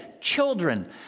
children